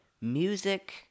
Music